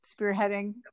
spearheading